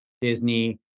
Disney